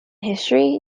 history